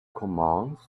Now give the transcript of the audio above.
commands